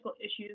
issues